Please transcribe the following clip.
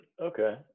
Okay